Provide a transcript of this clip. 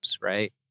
right